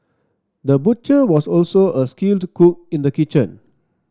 the butcher was also a skilled cook in the kitchen